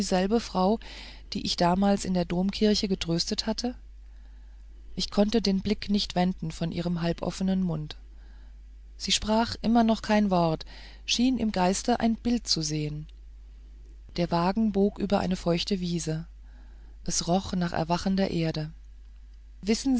frau die ich damals in der domkirche getröstet hatte ich konnte den blick nicht wenden von ihrem halboffenen mund sie sprach noch immer kein wort schien im geiste ein bild zu sehen der wagen bog über eine feuchte wiese es roch nach erwachender erde wissen